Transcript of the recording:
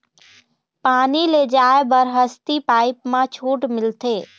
पानी ले जाय बर हसती पाइप मा छूट मिलथे?